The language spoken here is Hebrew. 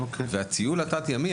הטיול התת-ימי,